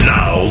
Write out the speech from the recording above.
Now